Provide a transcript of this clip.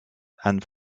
and